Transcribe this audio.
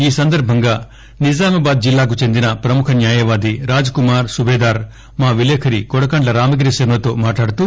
ఈ సందర్భంగా నిజామాబాద్ జిల్లాకు చెందిన ప్రముఖ న్యాయవాధి రాజ్ కుమార్ సుబేదార్ మా విలేఖరి కొడకండ్ల రామగిరి శర్మతో మాట్లాడుతూ